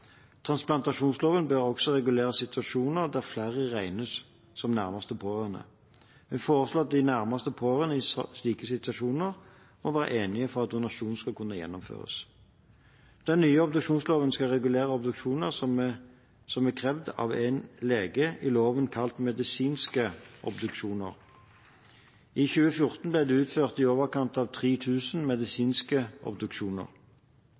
Transplantasjonsloven bør også regulere situasjoner der flere regnes som nærmeste pårørende. Vi foreslår at de nærmeste pårørende i slike situasjoner må være enige for at donasjon skal kunne gjennomføres. Den nye obduksjonsloven skal regulere obduksjoner som er krevd av en lege, i loven kalt medisinske obduksjoner. I 2014 ble det utført i overkant av 3 000 medisinske obduksjoner.